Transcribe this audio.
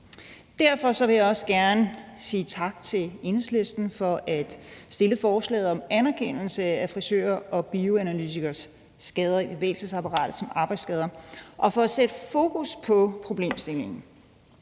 Derfor vil jeg også gerne sige tak til Enhedslisten for at have fremsat forslaget om anerkendelse af frisørers og bioanalytikeres skader i bevægeapparatet som arbejdsskader og for at sætte fokus på problemstillingen.